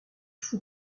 faut